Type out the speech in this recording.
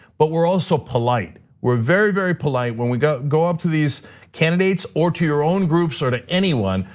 but we're also polite. we're very, very polite when we go go up to these candidates or to your own groups or to anyone.